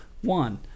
One